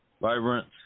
vibrant